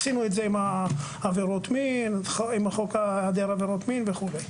עשינו את זה עם החוק להיעדר עבירות מין וכולי.